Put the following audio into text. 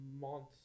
Months